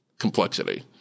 complexity